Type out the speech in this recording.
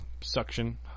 suction